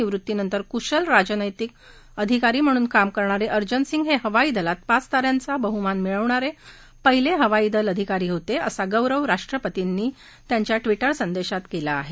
निवृत्तीनंतर कुशल राजनैतिक अधिकारी म्हणून कामगिरी करणारे अर्जन सिंग हे हवाईदलात पाच ता यांचा बहुमान मिळवणारे पहिले हवाईदल अधिकारी होते असा गौरव राष्ट्रपतींनी त्यांच्या ट्विटर संदेशात केला आहे